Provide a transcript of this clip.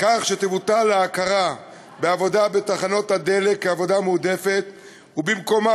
כך שתבוטל ההכרה בעבודה בתחנות הדלק כעבודה מועדפת ובמקומה